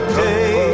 day